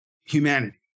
humanity